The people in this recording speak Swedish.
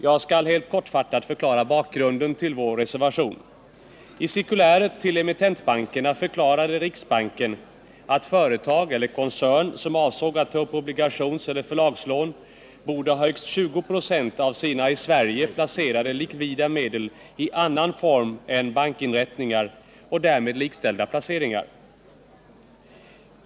Jag skall helt kortfattat förklara bakgrunden till vår reservation. I cirkuläret till emittentbankerna förklarade riksbanken att företag eller koncern som avsåg att ta upp obligationseller förlagslån borde ha högst 20 96 av sina i Sverige placerade likvida medel i annan form än bankinsättningar och därmed likställda placeringar.